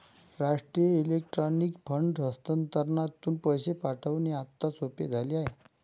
राष्ट्रीय electronic fund हस्तांतरणातून पैसे पाठविणे आता सोपे झाले आहे